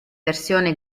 versione